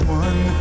one